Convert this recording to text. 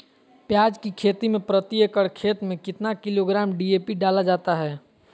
प्याज की खेती में प्रति एकड़ खेत में कितना किलोग्राम डी.ए.पी डाला जाता है?